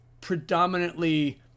predominantly